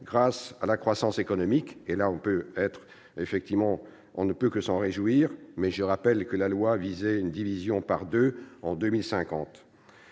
grâce à la croissance économique, ce dont on ne peut que se réjouir, mais je rappelle que la loi visait une division par deux en 2050